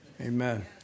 Amen